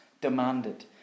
demanded